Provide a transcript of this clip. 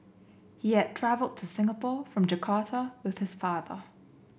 he had travelled to Singapore from Jakarta with his father